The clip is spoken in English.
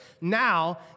Now